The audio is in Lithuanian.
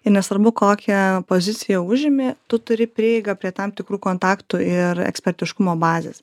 ir nesvarbu kokią poziciją užimi tu turi prieigą prie tam tikrų kontaktų ir ekspertiškumo bazės